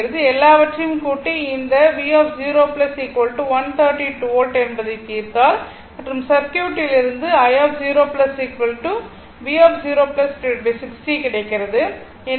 எல்லாவற்றையும் கூட்டி இந்த 132 வோல்ட் என்பதை தீர்த்தால் மற்றும் சர்க்யூட்டிலிருந்து கிடைக்கிறது